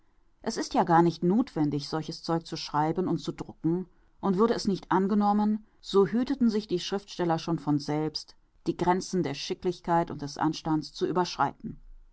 es ist ja gar nicht nothwendig solches zeug zu schreiben und zu drucken und würde es nicht angenommen so hüteten sich die schriftsteller schon von selbst die gränzen der schicklichkeit und des anstands zu überschreiten